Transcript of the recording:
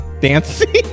Dancing